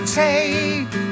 take